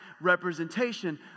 representation